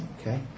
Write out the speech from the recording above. Okay